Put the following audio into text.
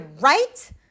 right